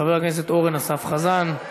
חבר הכנסת אורן אסף חזן.